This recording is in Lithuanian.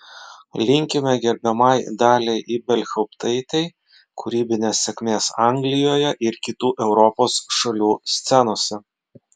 linkime gerbiamai daliai ibelhauptaitei kūrybinės sėkmės anglijoje ir kitų europos šalių scenose